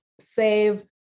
save